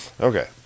Okay